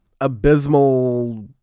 abysmal